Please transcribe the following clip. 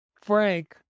Frank